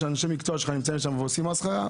ואנשי המקצוע שלך נמצאים שם ועושים מסחרה,